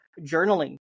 journaling